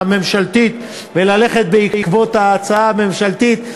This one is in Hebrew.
הממשלתית וללכת בעקבות ההצעה הממשלתית.